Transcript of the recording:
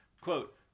quote